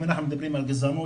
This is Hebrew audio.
אם אנחנו מדברים על גזענות,